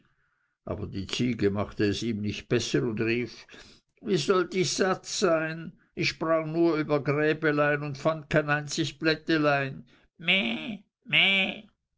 aber die ziege machte es ihm nicht besser und rief wie sollt ich satt sein ich sprang nur über gräbelein und fand kein einzig blättelein meh